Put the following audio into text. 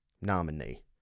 nominee